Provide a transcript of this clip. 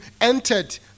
entered